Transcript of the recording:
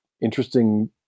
interesting